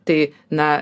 tai na